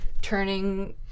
turning